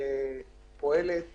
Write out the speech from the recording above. היא פועלת